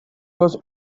was